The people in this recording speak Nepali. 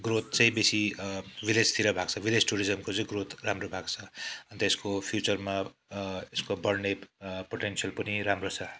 ग्रोथ चाहिँ बेसी विदेशतिर भएको छ विदेश टुरिज्मको चाहिँ ग्रोथ राम्रो भएको छ अन्त यसको फ्युचरमा यसको बढ्ने पोटेन्सल पनि राम्रो छ